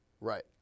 Right